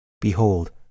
Behold